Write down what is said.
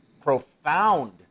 profound